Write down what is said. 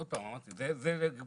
עוד פעם, אמרתי, זה לגבי